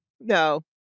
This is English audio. No